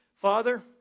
Father